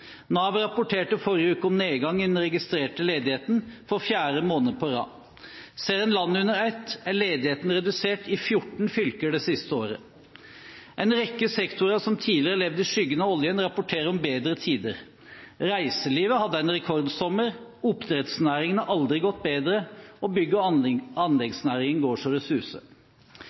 Nav rapporterte i forrige uke om nedgang i den registrerte ledigheten for fjerde måned på rad. Ser en landet under ett, er ledigheten redusert i 14 fylker det siste året. En rekke sektorer som tidligere har levd i skyggen av oljen, rapporterer om bedre tider. Reiselivet hadde en rekordsommer, oppdrettsnæringen har aldri gått bedre, og bygge- og anleggsnæringen går så det suser.